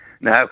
no